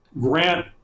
Grant